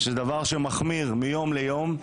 דבר שמחמיר מיום ליום,